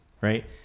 Right